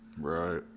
Right